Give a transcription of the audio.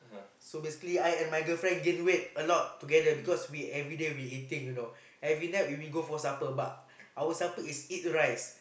so basically I and my girlfriend gain weight a lot together because everyday we eating you know every night we go for supper but our supper is eat rice